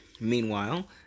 Meanwhile